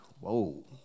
whoa